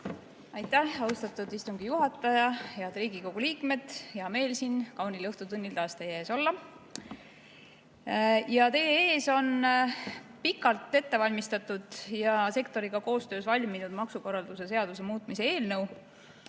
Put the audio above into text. Aitäh, austatud istungi juhataja! Head Riigikogu liikmed! Hea meel siin kaunil õhtutunnil taas teie ees olla. Teie ees on pikalt ette valmistatud ja sektoriga koostöös valminud maksukorralduse seaduse muutmise